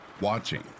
watching